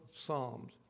Psalms